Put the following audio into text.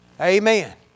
Amen